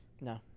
No